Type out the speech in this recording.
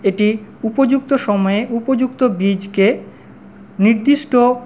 এটি উপযুক্ত সময়ে উপযুক্ত বীজকে নির্দিষ্ট